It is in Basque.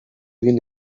egin